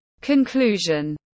Conclusion